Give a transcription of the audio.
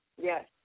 Yes